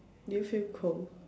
do you feel cold